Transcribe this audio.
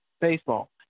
baseball